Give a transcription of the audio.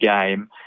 game